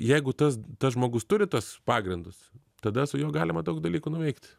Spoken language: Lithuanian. jeigu tas tas žmogus turi tuos pagrindus tada su juo galima daug dalykų nuveikt